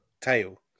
Tail